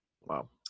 wow